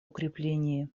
укреплении